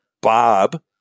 Bob